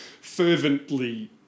fervently